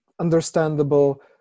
understandable